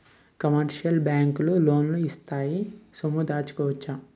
commercial బ్యాంకులు లోన్లు ఇత్తాయి సొమ్ము దాచుకోవచ్చు